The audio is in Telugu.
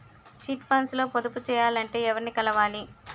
చిట్ ఫండ్స్ లో పొదుపు చేయాలంటే ఎవరిని కలవాలి?